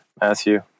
Matthew